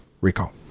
Recall